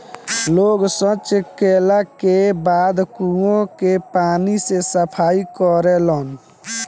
लोग सॉच कैला के बाद कुओं के पानी से सफाई करेलन